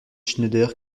schneider